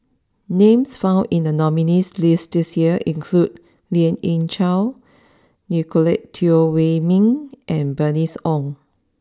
names found in the nominees' list this year include Lien Ying Chow Nicolette Teo Wei Min and Bernice Ong